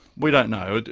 we don't know,